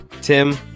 Tim